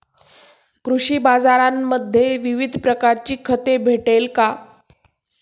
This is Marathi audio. कृषी बाजारांमध्ये विविध प्रकारची खते भेटेल का?